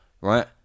right